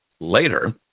Later